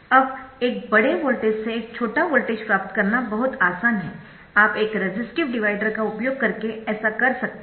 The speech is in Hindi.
अब एक बड़े वोल्टेज से एक छोटा वोल्टेज प्राप्त करना बहुत आसान है आप एक रेसिस्टिव डिवाइडर का उपयोग करके ऐसा कर सकते है